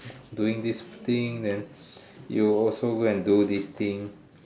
doing this thing then you also go and do this thing